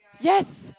yes